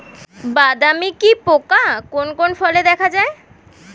বাদামি কি পোকা কোন কোন ফলে দেখা যায়?